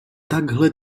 takhle